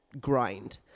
grind